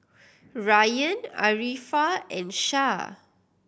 Rayyan Arifa and Shah